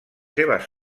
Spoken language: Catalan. seves